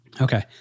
Okay